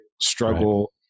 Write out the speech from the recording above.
struggle